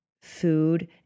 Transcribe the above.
food